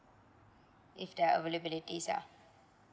if they are availability uh